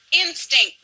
instinct